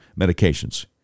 medications